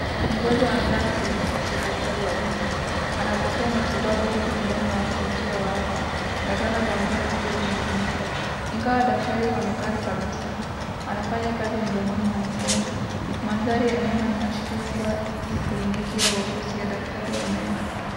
Mgonjwa amelala kwenye kiti cha daktari wa meno, anapokea matibabu huku mdomo wake ukiwa wazi na zana za meno zikiwa zinatumika. Ingawa daktari haonekani kabisa, anafanya kazi mdomoni mwa mgonjwa. Mandhari ya nyuma inaashiria kuwa ni kliniki au ofisi ya daktari wa meno.